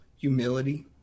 Humility